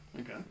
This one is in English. Okay